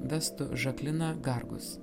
vestų žaklina gargus